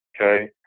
okay